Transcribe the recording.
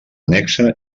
annexa